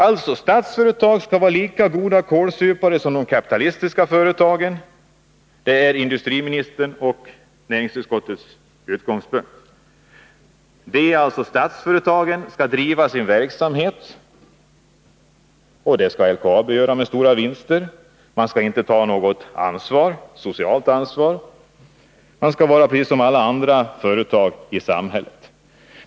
Alltså: Statsföretagen skall vara lika goda kålsupare som de kapitalistiska företagen — det är industriministerns och näringsutskottets utgångspunkt. Statsföretagen skall driva sin verksamhet — och det gäller alltså även LKAB - med stora vinster. Man skall inte ta något socialt ansvar. Man skall vara precis som alla andra företag i samhället.